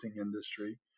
industry